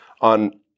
on